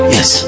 Yes